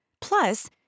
Plus